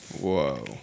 whoa